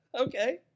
Okay